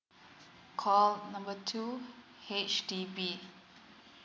call number two H_D_B